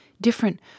different